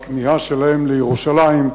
בכמיהה שלהם לירושלים.